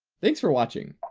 thanks for watching,